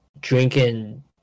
drinking